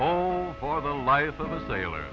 oh for the life of a sailor